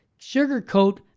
sugarcoat